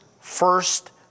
first